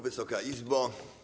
Wysoka Izbo!